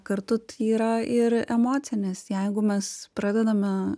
kartu yra ir emocinės jeigu mes pradedame